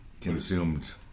consumed